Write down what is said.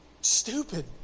stupid